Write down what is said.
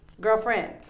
Girlfriend